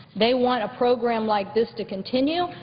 they want a program like this to continue,